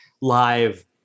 live